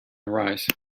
arise